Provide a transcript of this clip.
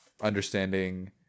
understanding